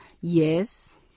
Yes